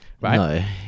Right